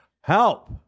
Help